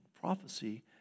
Prophecy